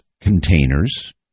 containers